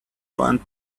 one